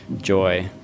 joy